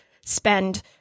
spend